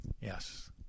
Yes